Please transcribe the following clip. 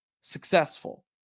successful